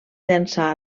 llançar